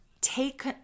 take